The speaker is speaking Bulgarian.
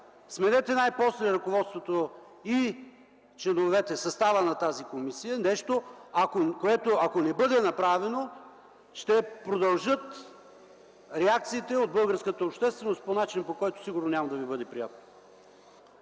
сменете най-после ръководството и членовете в състава на тази комисия, нещо, което ако не бъде направено, ще продължат реакциите от българската общественост по начин, по който сигурно няма да ви бъде приятно.